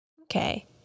Okay